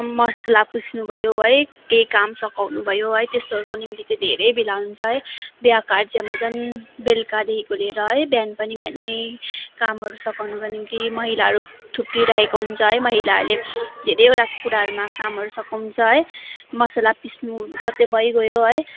मसाला पिस्नु भयो है केही काम सघाउनु भयो है त्यस्तोहरूको निम्ति चाहिँ धेरै भेला हुन्छ है बिहा कार्यमा झन् बेलुकादेखिको लिएर है बिहान पनि बिहानै कामहरू सघाउनुको निम्ति महिलाहरू थुप्रिरहेको हुन्छ है महिलाहरूले धेरैवटा कुराहरूमा कामहरू सघाउँछ है मसाला पिस्नुहरू त भइ गयो है